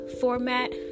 Format